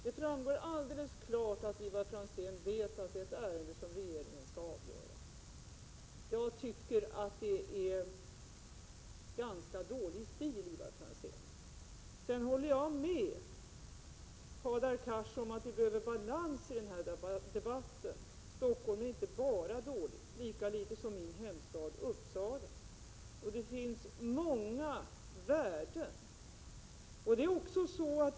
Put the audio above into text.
Det framgår alldeles klart att Ivar Franzén vet att det gäller ärenden som regeringen skall ompröva. Jag tycker att det är ganska dålig stil, Ivar Franzén. Sedan håller jag med Hadar Cars om att vi behöver balans i den här debatten. Stockholm är inte bara dåligt, lika litet som min hemstad Uppsala. Det finns många värden.